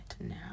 now